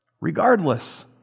Regardless